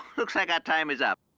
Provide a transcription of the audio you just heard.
looks like our time is up.